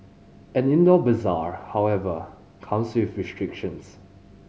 an indoor bazaar however comes with restrictions